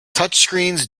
touchscreens